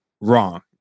wrong